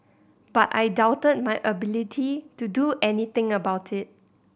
but I doubted my ability to do anything about it